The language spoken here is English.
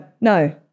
no